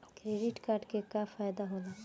Credit card के का फायदा होला?